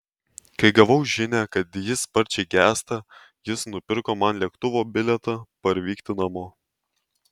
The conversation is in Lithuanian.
kai gavau žinią kad ji sparčiai gęsta jis nupirko man lėktuvo bilietą parvykti namo